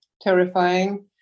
terrifying